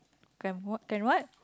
can w~ can what